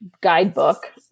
guidebook